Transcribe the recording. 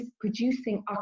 producing